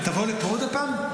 תבוא לפה עוד פעם?